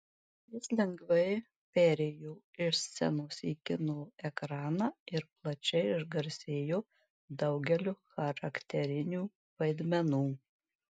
jis lengvai perėjo iš scenos į kino ekraną ir plačiai išgarsėjo daugeliu charakterinių vaidmenų